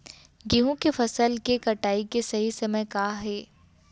गेहूँ के फसल के कटाई के सही समय का हे?